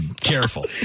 careful